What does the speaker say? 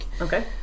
Okay